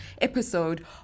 episode